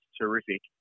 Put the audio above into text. terrific